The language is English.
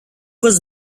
was